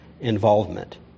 involvement